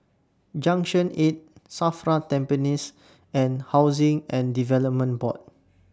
Junction eight SAFRA Tampines and Housing and Development Board